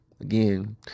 again